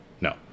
no